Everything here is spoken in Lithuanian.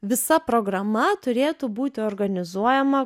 visa programa turėtų būti organizuojama